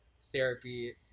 therapy